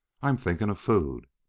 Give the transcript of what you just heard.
i'm thinking of food.